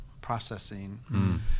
processing